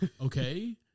okay